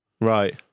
Right